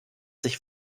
sich